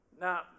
Now